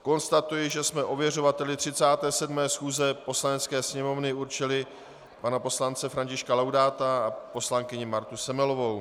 Konstatuji, že jsme ověřovali 37. schůze Poslanecké sněmovny určili pana poslance Františka Laudáta a poslankyni Martou Semelovou.